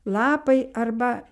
lapai arba